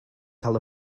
cael